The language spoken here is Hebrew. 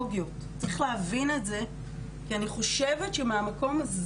אולי גם להנגיש אותו בראייה מגדרית - אל מול אוקטובר